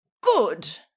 Good